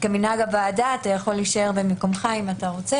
כמנהג הוועדה, אם אתה רוצה